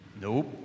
nope